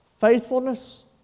Faithfulness